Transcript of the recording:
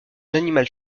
animal